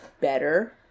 better